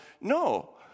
No